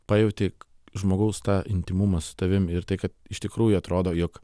pajauti žmogaus tą intymumą su tavimi ir tai kad iš tikrųjų atrodo jog